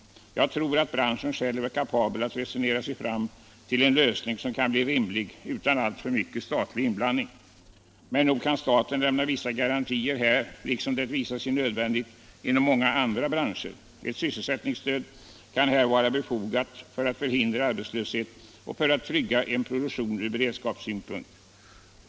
Jag tror att branschen själv är kapabel att resonera sig fram till en lösning som kan bli rimlig utan alltför mycket statlig inblandning. Men nog kan staten lämna vissa garantier här liksom det visat sig nödvändigt att göra inom många andra branscher. Ett sysselsättningsstöd kan här vara befogat för att förhindra arbetslöshet och för att trygga en produktion ur beredskapssynpunkt.